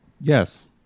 Yes